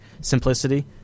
simplicity